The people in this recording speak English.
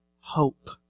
hope